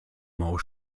maus